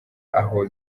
aho